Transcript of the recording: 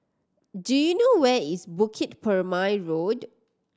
do you know where is Bukit Purmei Road